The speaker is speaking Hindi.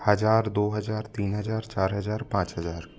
हज़ार दो हज़ार तीन हज़ार चार हज़ार पाँच हज़ार